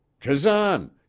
Kazan